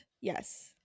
yes